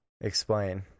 Explain